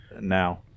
Now